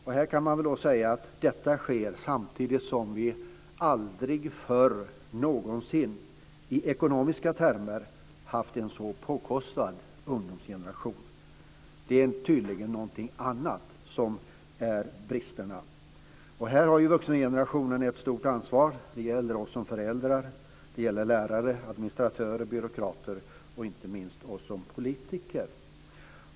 Samtidigt kan vi säga att vi aldrig förr har haft en i ekonomiska termer så påkostad ungdomsgeneration. Det är tydligen någonting annat som brister. Här har vuxengenerationen ett stort ansvar. Det gäller oss som föräldrar. Det gäller lärare, administratörer, byråkrater och inte minst oss politiker.